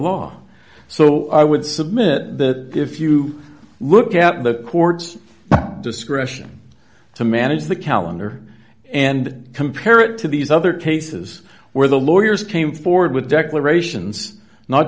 law so i would submit that if you look at the courts now discretion to manage the calendar and compare it to these other cases where the lawyers came forward with declarations not